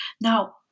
Now